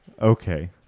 Okay